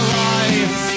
life